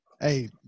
Hey